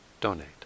donate